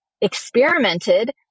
experimented